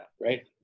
Right